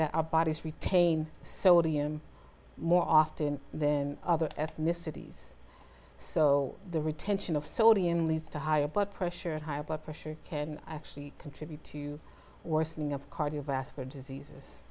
that our bodies retain sodium more often than other ethnicities so the retention of sodium leads to higher blood pressure and high blood pressure can actually contribute to worsening of cardiovascular diseases